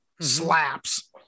slaps